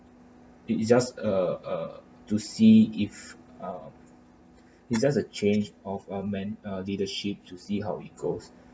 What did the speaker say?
it it just uh uh to see if ah it's just a change of uh men uh leadership to see how it goes